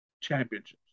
championships